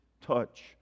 touch